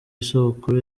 isabukuru